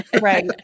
Right